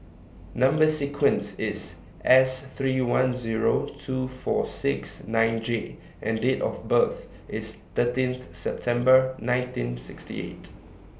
Number sequence IS S three one Zero two four six nine J and Date of birth IS thirteenth September nineteen sixty eight